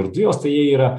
ir dujos tai jie yra